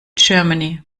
germany